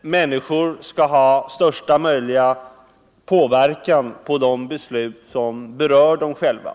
människor skall ha största möjliga påverkan på de beslut som berör dem själva.